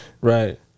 Right